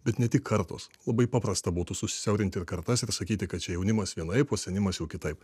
bet ne tik kartos labai paprasta būtų susiaurinti kartas ir sakyti kad čia jaunimas vienaip o senimas jau kitaip